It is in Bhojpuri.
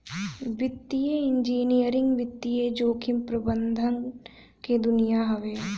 वित्तीय इंजीनियरिंग वित्तीय जोखिम प्रबंधन के दुनिया हवे